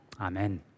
amen